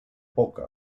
poca